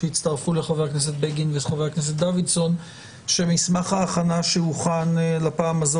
שהצטרפו לחברי הכנסת בגין ודוידסון שמסמך ההכנה שהוכן לפעם הזאת